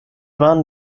waren